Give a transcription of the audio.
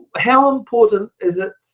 how important is it,